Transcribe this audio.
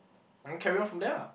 then carry on from there lah